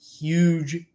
huge